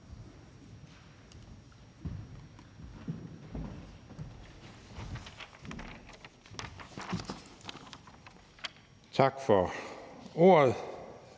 Tak for ordet.